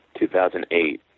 2008